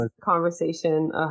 conversation